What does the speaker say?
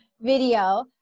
video